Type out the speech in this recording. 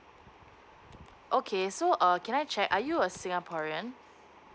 okay so err can I check are you a singaporean